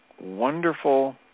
wonderful